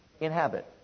inhabit